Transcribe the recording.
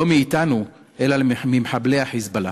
לא מאתנו אלא ממחבלי ה"חיזבאללה".